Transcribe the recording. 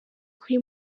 kuri